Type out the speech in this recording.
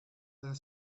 are